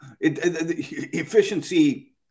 Efficiency